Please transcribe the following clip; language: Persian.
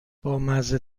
بامزه